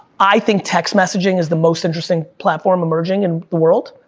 i think text messaging is the most interesting platform emerging in the world.